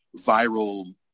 viral